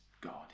God